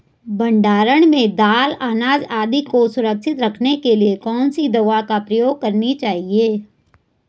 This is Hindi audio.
भण्डारण में दाल अनाज आदि को सुरक्षित रखने के लिए कौन सी दवा प्रयोग करनी चाहिए?